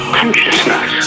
consciousness